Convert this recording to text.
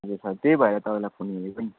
हजुर सर त्यही भएर तपाईँलाई फोन गरेको नि